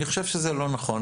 אני חושב שזה לא נכון.